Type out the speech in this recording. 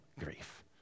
grief